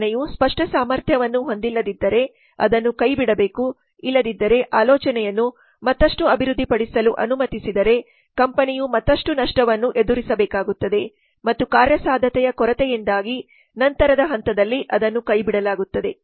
ಕಲ್ಪನೆಯು ಸ್ಪಷ್ಟ ಸಾಮರ್ಥ್ಯವನ್ನು ಹೊಂದಿಲ್ಲದಿದ್ದರೆ ಅದನ್ನು ಕೈಬಿಡಬೇಕು ಇಲ್ಲದಿದ್ದರೆ ಆಲೋಚನೆಯನ್ನು ಮತ್ತಷ್ಟು ಅಭಿವೃದ್ಧಿಪಡಿಸಲು ಅನುಮತಿಸಿದರೆ ಕಂಪನಿಯು ಮತ್ತಷ್ಟು ನಷ್ಟವನ್ನು ಎದುರಿಸಬೇಕಾಗುತ್ತದೆ ಮತ್ತು ಕಾರ್ಯಸಾಧ್ಯತೆಯ ಕೊರತೆಯಿಂದಾಗಿ ನಂತರದ ಹಂತದಲ್ಲಿ ಅದನ್ನು ಕೈಬಿಡಲಾಗುತ್ತದೆ